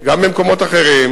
וגם במקומות אחרים.